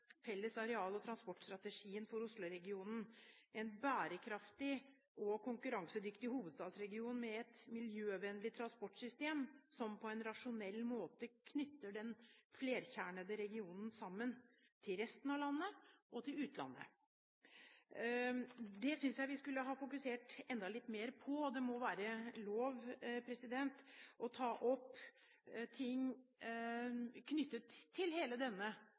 felles areal- og transportstrategien for Osloregionen: «en konkurransedyktig og bærekraftig» hovedstadsregion med et miljøvennlig transportsystem som «på en rasjonell måte» knytter «den flerkjernede regionen sammen, til resten av landet og til utlandet». Det synes jeg vi skulle ha fokusert enda litt mer på. Det må være lov å ta opp ting knyttet til hele denne